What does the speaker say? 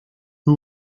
who